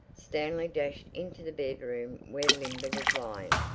stanley dashed into the bedroom where linda was lying.